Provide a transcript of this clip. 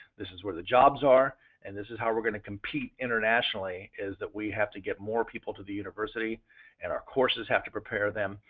this is where the jobs are and this is how we're going to compete internationally is that we have to get more people to the university and our courses have to prepare them.